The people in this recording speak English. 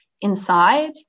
inside